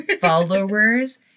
followers